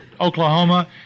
Oklahoma